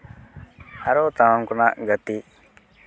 ᱟᱨᱚ ᱛᱟᱢᱟᱢ ᱠᱚᱨᱮᱱᱟᱜ ᱜᱟᱛᱤᱜ